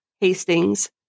Hastings